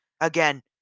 again